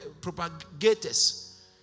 propagators